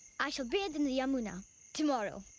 i shall bathe in the yamuna tomorrow.